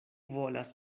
volas